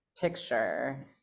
picture